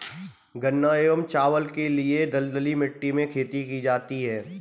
गन्ना एवं चावल के लिए दलदली मिट्टी में खेती की जाती है